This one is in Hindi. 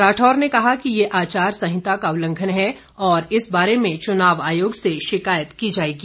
राठौर ने कहा कि यह आचार संहिता का उल्लंघन है और इस बारे में चुनाव आयोग से शिकायत की जाएगी